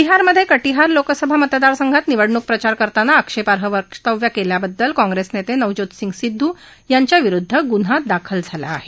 विहारमधे कटिहार लोकसभा मतदारसंघात निवडणूक प्रचार करताना आक्षेपार्ह वक्तव्य केल्याबद्दल काँग्रेस नेते नवज्योतसिंग सिद्धू यांच्याविरुद्ध गुन्हा दाखल झाला आहे